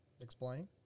Explain